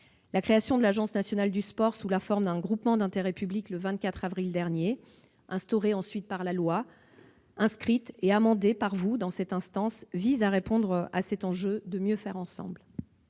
La création de l'Agence nationale du sport sous la forme d'un groupement d'intérêt public, le 24 avril dernier, inscrite ensuite dans la loi, amendée par vos soins, vise à répondre à cet enjeu de mieux faire ensemble.